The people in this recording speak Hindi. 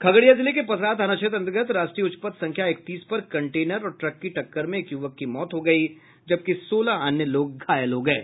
खगड़िया जिले के पसराहा थाना क्षेत्र अंतर्गत राष्ट्रीय उच्च पथ संख्या इकतीस पर कंटेनर और ट्रक की टक्कर में एक युवक की मौत हो गयी जबकि सोलह अन्य लोग घायल हो गये